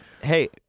hey